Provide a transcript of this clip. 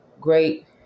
great